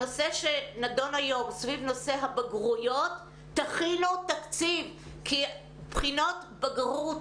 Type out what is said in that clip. הנושא שנדון היום סביב הבגרויות תכינו תקציב כי בחינות בגרות